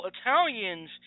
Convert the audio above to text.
Italians